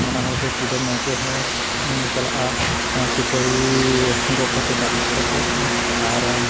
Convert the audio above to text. ᱵᱟᱱᱟ ᱦᱚᱲᱜᱮ ᱠᱩᱰᱟᱹᱢ ᱱᱟᱭᱠᱮ ᱦᱚᱸ ᱪᱟᱞᱟᱜᱼᱟ ᱥᱩᱯᱟᱹᱲᱤ ᱜᱚᱜ ᱠᱟᱛᱮᱫ ᱫᱟᱜ ᱟᱹᱜᱩ ᱠᱟᱛᱮᱫ ᱟᱨ